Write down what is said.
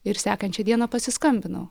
ir sekančią dieną pasiskambinau